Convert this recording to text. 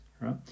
right